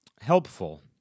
helpful